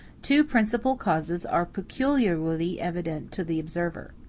two principal causes are peculiarly evident to the observer.